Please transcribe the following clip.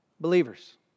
believers